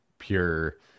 Pure